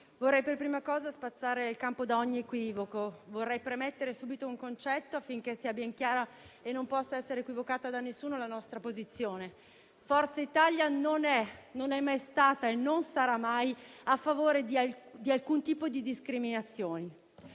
vorrei per prima cosa spazzare il campo da ogni equivoco. Vorrei premettere subito un concetto, affinché la nostra posizione sia ben chiara e non possa essere equivocata da nessuno. Forza Italia non è, non è mai stata e non sarà mai a favore di alcun tipo di discriminazione.